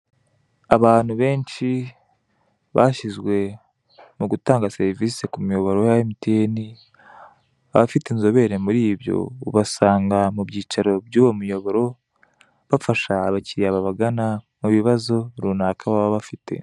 Abantu benshi bashyizwe mu gutanga serivisi ku muyoboro wa MTN, abafite inzobere muri ibyo ubasanga mu byicaro by'uwo muyoboro, bafasha abakiriya babagana mu bibazo runaka baba bafite.